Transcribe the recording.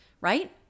right